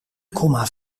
komma